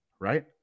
Right